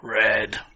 red